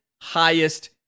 highest